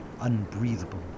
unbreathable